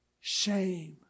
shame